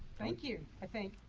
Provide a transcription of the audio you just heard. thank you, i think.